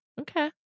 Okay